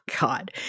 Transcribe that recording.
God